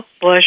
Bush